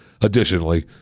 Additionally